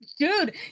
Dude